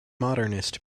modernist